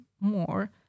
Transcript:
more